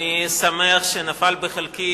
אני שמח שנפל בחלקי,